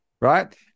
right